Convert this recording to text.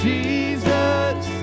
Jesus